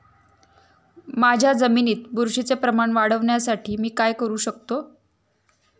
माझ्या जमिनीत बुरशीचे प्रमाण वाढवण्यासाठी मी काय करू शकतो?